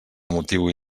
motiu